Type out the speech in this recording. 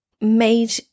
made